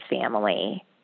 family